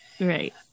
right